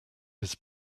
his